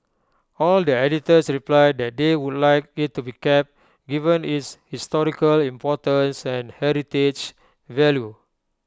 all the editors replied that they would like IT to be kept given its its historical importance and heritage value